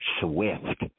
Swift